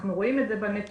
ואנחנו רואים את זה בנתונים.